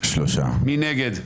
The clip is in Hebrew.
מי נגד?